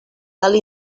dalt